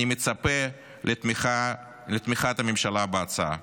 אני מצפה לתמיכת הממשלה בהצעה.